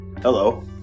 Hello